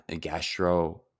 gastro